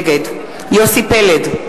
נגד יוסי פלד,